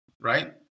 Right